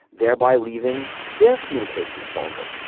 thereby leaving their communications vulnerable.